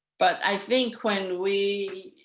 but i think when we